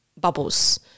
bubbles